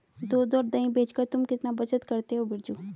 दूध और दही बेचकर तुम कितना बचत करते हो बिरजू?